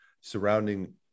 surrounding